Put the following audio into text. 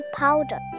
powder